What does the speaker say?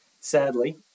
Sadly